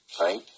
right